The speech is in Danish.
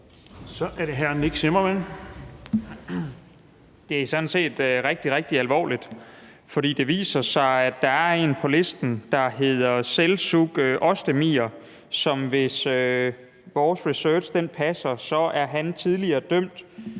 Kl. 10:49 Nick Zimmermann (DF): Det er sådan set rigtig, rigtig alvorligt. For det viser sig, at der er en på listen, der hedder Selcuk Özdemir, og som, hvis vores research passer, tidligere er dømt